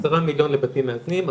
עשרה מיליון לבתים מאזנים,